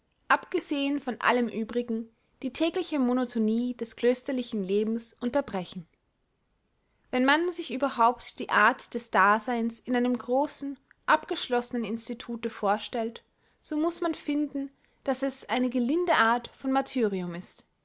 abgesehen von allem uebrigen die tägliche monotonie das klösterlichen lebens unterbrechen wenn man sich überhaupt die art des daseins in einem großen abgeschlossnen institute vorstellt so muß man finden daß es eine gelinde art von martyrium ist